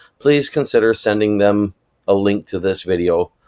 please consider sending them a link to this video,